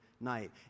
night